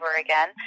again